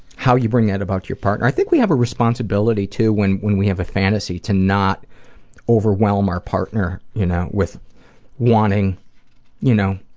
how you bring that about to your partner. i think we have a responsibility, too, when when we have a fantasy to not overwhelm our partner you know with wanting you know